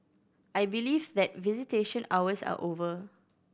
I believe that visitation hours are over